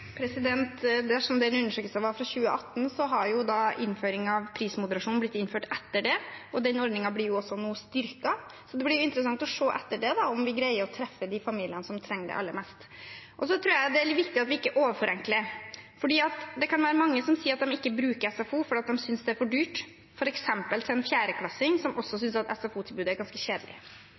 Dersom den undersøkelsen var fra 2018, har innføring av prismoderasjon blitt innført etter det, og den ordningen blir også nå styrket. Det blir interessant å se etter det om vi greier å treffe de familiene som trenger det aller mest. Jeg tror det er viktig at vi ikke overforenkler, for det kan være mange som sier at de ikke bruker SFO fordi de synes det er for dyrt, f.eks. for en 4.-klassing, som også synes at SFO-tilbudet er ganske kjedelig.